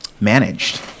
managed